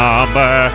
Number